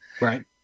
right